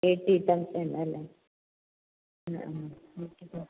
eighteen thousand അല്ലേ ആ ആ ഓക്കേ